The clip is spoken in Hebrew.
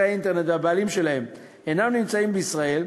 האינטרנט והבעלים שלהם אינם נמצאים בישראל,